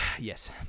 Yes